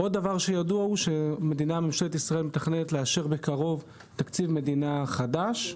עוד דבר שידוע הוא שממשלת ישראל מתכננת לאשר בקרוב תקציב מדינה חדש.